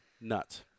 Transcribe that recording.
nuts